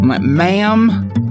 ma'am